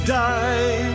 die